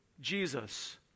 Jesus